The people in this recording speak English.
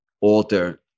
alter